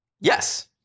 yes